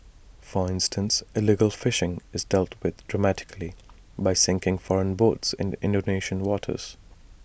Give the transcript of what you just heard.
for instance illegal fishing is dealt with dramatically by sinking foreign boats in Indonesian waters